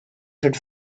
should